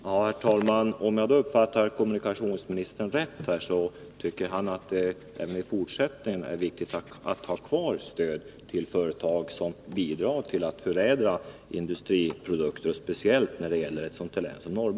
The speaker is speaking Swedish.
Herr talman! Om jag uppfattar kommunikationsministern rätt, tycker han Torsdagen den att det även i fortsättningen är viktigt att ha kvar stödet till företag som bidrar 11 mars 1982 till att förädla industriprodukter, speciellt när det gäller ett sådant län som